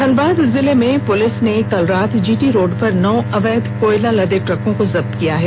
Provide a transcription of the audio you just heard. धनबाद जिले में पुलिस ने बीती रात जीटी रोड़ पर नौ अवैध कोयला लदे ट्रकों को जब्त किया है